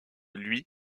lui